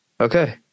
Okay